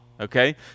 okay